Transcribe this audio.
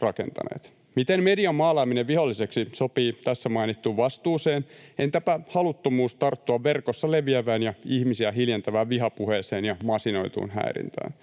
rakentaneet? Miten median maalaaminen viholliseksi sopii tässä mainittuun vastuuseen? Entäpä haluttomuus tarttua verkossa leviävään ja ihmisiä hiljentävään vihapuheeseen ja masinoituun häirintään?